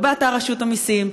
לא באתר רשות המסים,